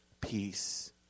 peace